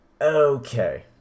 Okay